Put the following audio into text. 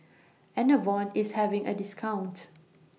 Enervon IS having A discount